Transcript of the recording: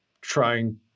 trying